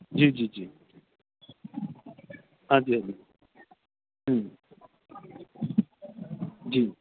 ਜੀ ਜੀ ਜੀ ਹਾਂਜੀ ਹਾਂਜੀ ਹਾਂਜੀ ਜੀ